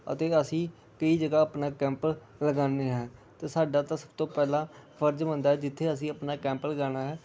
ਅਤੇ ਅਸੀਂ ਕਈ ਜਗ੍ਹਾ ਆਪਣਾ ਕੈਂਪ ਲਗਾਉਂਦੇ ਹਾਂ ਅਤੇ ਸਾਡਾ ਤਾਂ ਸਭ ਤੋਂ ਪਹਿਲਾਂ ਫਰਜ ਬਣਦਾ ਜਿੱਥੇ ਅਸੀਂ ਆਪਣਾ ਕੈਂਪ ਲਗਾਉਣਾ ਹੈ